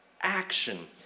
action